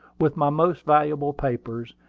with my most valuable papers,